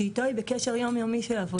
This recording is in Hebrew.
שאיתו היא בקשר יום-יומי של עבודה.